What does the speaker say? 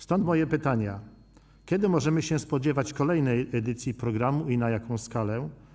Stąd moje pytania: Kiedy możemy się spodziewać kolejnej edycji programu i na jaką skalę?